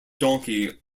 donkey